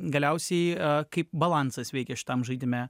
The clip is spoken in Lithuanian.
galiausiai kaip balansas veikia šitam žaidime